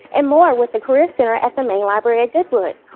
and more with the career center at the main library at goodwood.